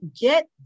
get